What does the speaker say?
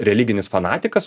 religinis fanatikas